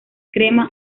crema